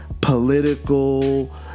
political